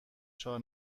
چهار